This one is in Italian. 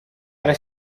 era